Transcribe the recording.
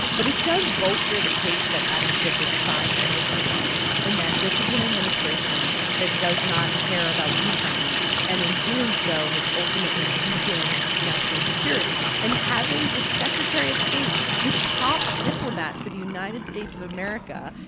but it does bolster the case that adam schiff was trying to make today in that this is an administration that does not care about ukraine and, in doing so, has ultimately weakened national security. and having the secretary of state, the top diplomat for the united states of america,